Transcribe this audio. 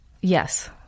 yes